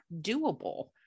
doable